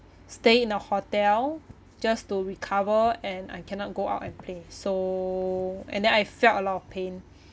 stay in a hotel just to recover and I cannot go out and play so and then I felt a lot of pain